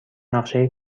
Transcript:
نقشه